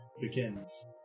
begins